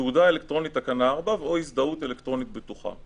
תעודה אלקטרונית או הזדהות אלקטרונית בטוחה.